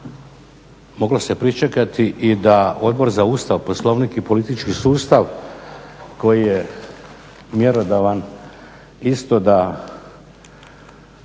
Moglo se pričekati i da Odbor za Ustav, Poslovnik i politički sustav koji je mjerodavan isto da